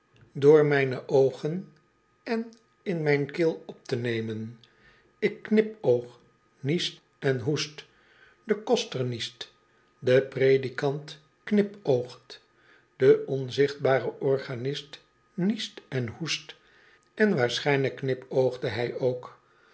door mijne oogen en in mijn keel op te nemen ik knipoog nies en hoest de koster niest de predikant knipoogt do onzichtbare organist niest en hoest en waarschijnlijk knipoogde hu ook